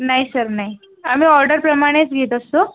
नाही सर नाही आम्ही ऑर्डर प्रमाणेच घेत असतो